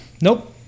Nope